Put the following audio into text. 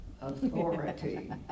authority